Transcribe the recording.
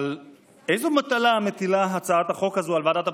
אבל איזו מטלה מטילה הצעת החוק הזאת על ועדת הבחירות?